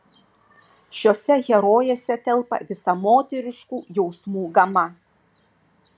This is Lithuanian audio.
šiose herojėse telpa visa moteriškų jausmų gama